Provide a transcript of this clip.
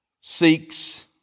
seeks